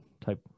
type